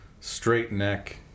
straight-neck